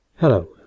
Hello